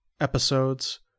episodes